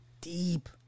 deep